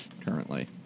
currently